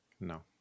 No